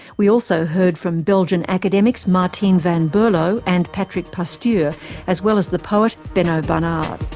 we also heard from belgian academics martine van berlo and patrick pasture as well as the poet, benno barnard.